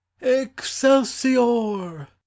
excelsior